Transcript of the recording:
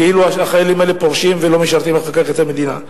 כאילו החיילים האלה פורשים ולא משרתים אחר כך את המדינה.